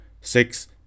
six